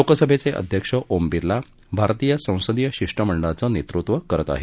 लोकसभेचे अध्यक्ष ओम बिर्ला भारतीय संसदीय शिष्टमंडळाचं नेतृत्व करत आहेत